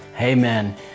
Amen